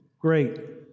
Great